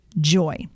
joy